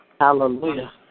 Hallelujah